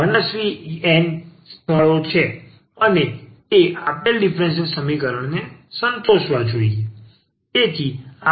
મનસ્વી n મનસ્વી સ્થળો છે અને તે આપેલ ડીફરન્સીયલ સમીકરણને સંતોષવા જોઈએ